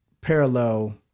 parallel